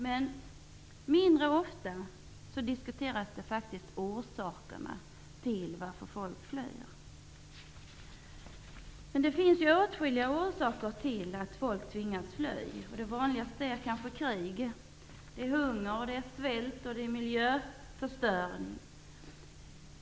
Men mindre ofta talar man om orsakerna till att människor flyr. Det finns åtskilliga orsaker till att folk tvingas fly. De vanligaste är krig, hunger, svält, miljöförstöring.